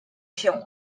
się